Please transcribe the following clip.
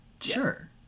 sure